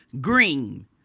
Green